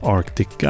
Arctic